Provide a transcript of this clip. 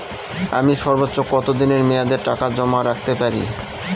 আমি সর্বোচ্চ কতদিনের মেয়াদে টাকা জমা রাখতে পারি?